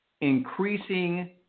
increasing –